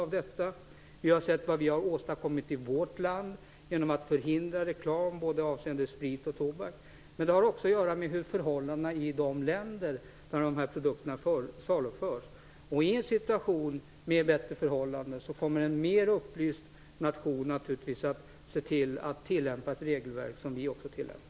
Vi har ju sett vad som kunnat åstadkommas i vårt land genom att reklam förhindrats avseende både sprit och tobak. Men också förhållandena i de länder där de här produkterna saluförs har betydelse. I en situation med bättre förhållanden kommer en mera upplyst nation naturligtvis att se till att det regelverk tillämpas som vi tillämpar.